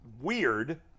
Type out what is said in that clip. weird